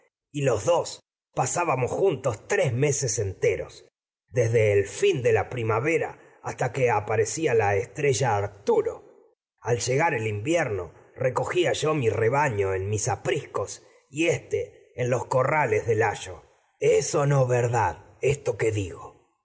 y los fin dos de pasábamos juntos tres meses enteros la desde el primavera hasta que aparpcía la estrella arcturo al llegar el invierno recogía yo mi rebaño en mis apriscos y éste en los corrales de esto que layo es o no verdad el digo